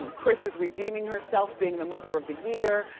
um kris is redeeming herself, being the mother of the year,